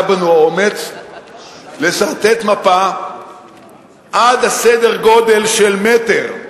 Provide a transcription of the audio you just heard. היה בנו האומץ לסרטט מפה עד סדר-גודל של מטר,